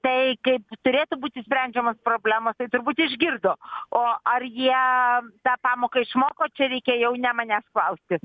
tai kaip turėtų būti sprendžiamos problemos tai turbūt išgirdo o ar jie tą pamoką išmoko čia reikia jau ne manęs klausti